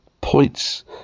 points